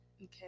okay